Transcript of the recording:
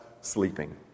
sleeping